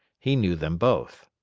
he knew them both.